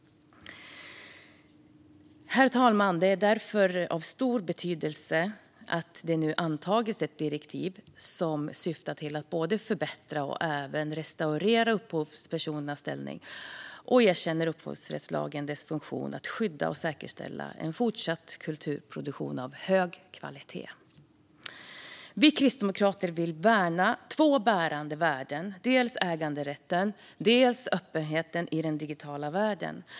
Därför, herr talman, är det av stor betydelse att det nu har antagits ett direktiv som syftar till att förbättra och även restaurera upphovspersonernas ställning och erkänner upphovsrättslagens funktion att skydda och säkerställa en fortsatt kulturproduktion av hög kvalitet. Vi kristdemokrater vill värna två bärande värden, dels äganderätten, dels öppenheten i den digitala världen.